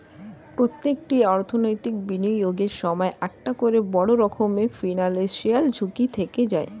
প্রত্যেকটি অর্থনৈতিক বিনিয়োগের সময়ই একটা করে বড় রকমের ফিনান্সিয়াল ঝুঁকি থেকে যায়